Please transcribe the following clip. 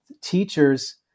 teachers